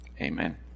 Amen